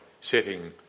setting